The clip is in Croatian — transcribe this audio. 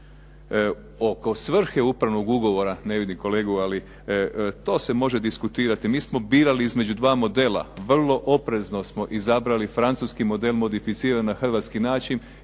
Oko svrhe upravnog ugovora ne vidim kolegu, ali to se može diskutirati, mi smo birali između dva modela, vrlo oprezno smo izabrali francuski model modificiran na hrvatski način,